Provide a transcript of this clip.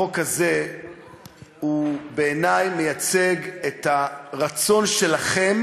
החוק הזה הוא בעיני מייצג את הרצון שלכם